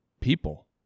people